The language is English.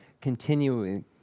continuing